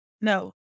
No